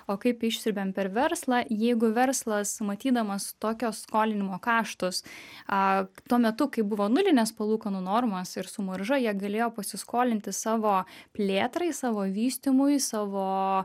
o kaip išsiurbiam per verslą jeigu verslas matydamas tokio skolinimo kaštus a tuo metu kai buvo nulinės palūkanų normos ir su marža jie galėjo pasiskolinti savo plėtrai savo vystymui savo